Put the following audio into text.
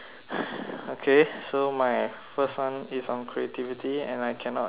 okay so my first one is on creativity and I cannot see my